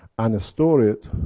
and store it,